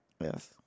Yes